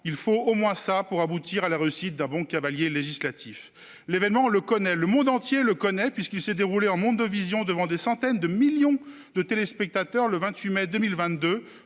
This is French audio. il faut au moins cela pour aboutir à la réussite d'un bon cavalier législatif. Cet événement, on le connaît ; le monde entier le connaît, puisqu'il s'est déroulé en mondovision devant des centaines de millions de téléspectateurs, le 28 mai 2022,